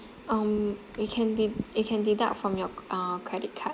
um you can de~ you can deduct from your uh credit card